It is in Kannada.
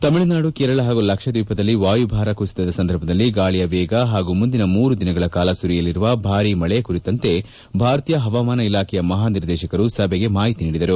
ತಮಿಳುನಾಡು ಕೇರಳ ಹಾಗೂ ಲಕ್ಷದ್ನೀಪದಲ್ಲಿ ವಾಯುಭಾರ ಕುಸಿತದ ಸಂದರ್ಭದಲ್ಲಿ ಗಾಳಿಯ ವೇಗ ಹಾಗೂ ಮುಂದಿನ ಮೂರು ದಿನಗಳ ಕಾಲ ಸುರಿಯಲಿರುವ ಭಾರೀ ಮಳೆ ಕುರಿತಂತೆ ಭಾರತೀಯ ಹವಾಮಾನ ಇಲಾಖೆಯ ಮಹಾನಿರ್ದೇಶಕರು ಸಭೆಗೆ ಮಾಹಿತಿ ನೀಡಿದರು